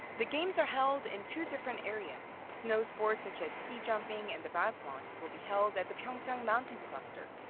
the games are held in two different areas snow sports such as ski jumping and the biathlon will be held at the pyeongchang mountain cluster,